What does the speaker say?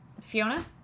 Fiona